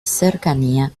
cercanía